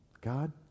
God